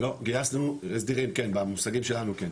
לא, גייסנו, סדירים, כן, במושגים שלנו כן.